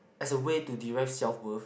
as a way to derive self world